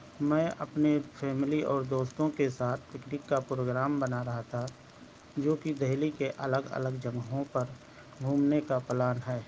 میں اپنے فیملی اور دوستوں کے ساتھ پکنک کا پروگرام بنا رہا تھا جو کہ دہلی کے الگ الگ جگہوں پر گھومنے کا پلان ہے